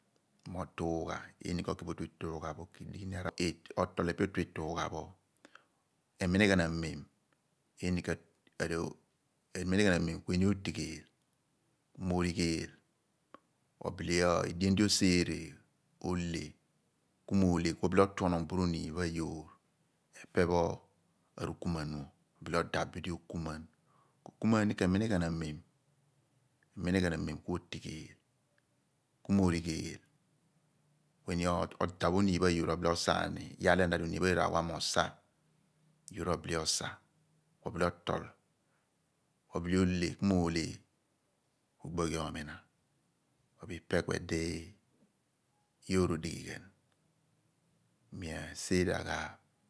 Moo tuugha ini ko ki otu ituugha pho ku otol otu ituugha pho eminighan amem kueni otigheel m'origheel ohle edien di oseere ku m'ohle ku obile otuoonom buruniin pho ayoor epe pho arukumuan pho ini obile okumuan aani k'eminighan amem ku otigheel ku m'origheel ku odaph omin pho ayor osa iyaar lo ro wa ghan osa yor obile osa ku obile ohle ku ogbi oghi omina ipe ku edi yoor r'odighi ghan ku mi aseere ghaaph